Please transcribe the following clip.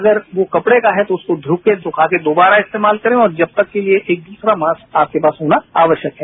अगर वो कपड़े का है तो उसे धोकर सुखाकर दोबारा इस्तेमाल करें और जब तक के लिए एक दूसरा मास्क आपके पास होना आवश्यक है